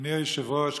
אדוני היושב-ראש,